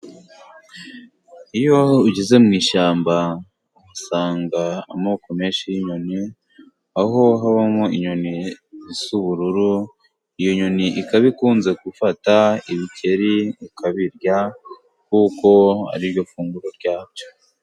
Iyo ugeze mu ishyamba usanga amoko menshi y'inyoni aho habamo inyoni isa ubururu iyo nyoni ikaba ikunze gufata ibikeri ikabirya kuko ari ryo funguro ryayo.